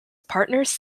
partners